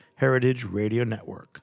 heritageradionetwork